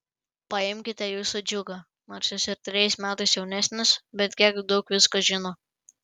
paimkite jūsų džiugą nors jis ir trejais metais jaunesnis bet kiek daug visko žino